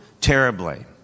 terribly